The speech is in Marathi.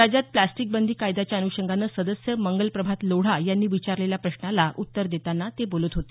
राज्यात प्लास्टिक बंदी कायद्याच्या अनुषंगानं सदस्य मंगलप्रभात लोढा यांनी विचारलेल्या प्रश्नाला उत्तर देताना ते बोलत होते